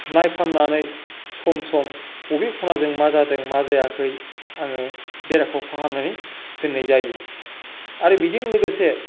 नायफामनानै सम सम बबे खनाजों मा जादों मा जायाखै आङो बेराखौ फाहामनानै दोननाय जायो आरो बेजों लोगोसे